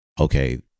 okay